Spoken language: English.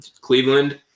Cleveland